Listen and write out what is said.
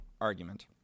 argument